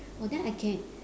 oh then I can